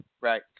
Right